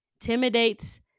intimidates